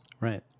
Right